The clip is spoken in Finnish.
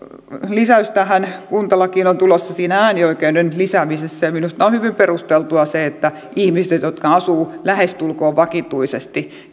lisäys tähän kuntalakiin on tulossa äänioikeuden lisäämisessä ja minusta on hyvin perusteltua se että ihmisillä jotka asuvat lähestulkoon vakituisesti